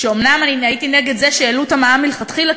אומנם הייתי נגד זה שהעלו את המע"מ מלכתחילה,